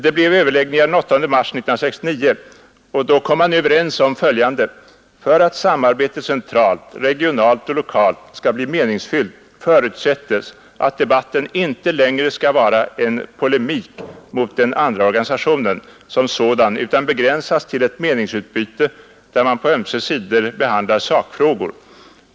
Det blev överläggningar den 8 mars 1969, och då kom man överens om följande: ”För att samarbetet centralt, regionalt och lokalt ska bli meningsfyllt Nr 62 förutsättes, att debatten inte längre ska vara en polemik mot den andra Torsdagen den organisationen som sådan utan begränsas till ett meningsutbyte, där man 20 april 1972 på ömse sidor behandlar sakfrågor.